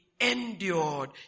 endured